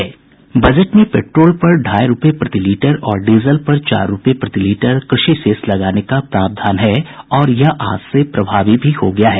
budget में petrol पर ढ़ाई रूपये प्रति लीटर और डीजल पर चार रूपये प्रति लीटर कृषि सेस लगाने का प्रावधान है और यह आज से प्रभावी भी हो गया है